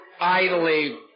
idly